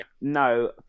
no